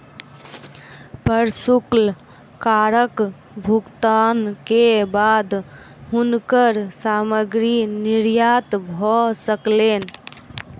प्रशुल्क करक भुगतान के बाद हुनकर सामग्री निर्यात भ सकलैन